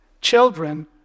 Children